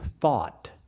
thought